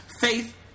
Faith